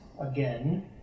again